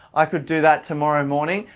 i could do that tomorrow morning,